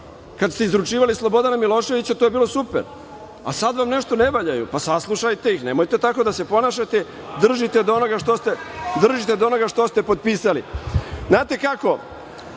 Kada ste izručivali Slobodana Miloševića to je bilo super, a sada vam nešto ne valjaju. Pa saslušajte ih. Nemojte tako da se ponašate. Držite do onoga što ste potpisali. Znate kako,